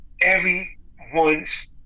everyone's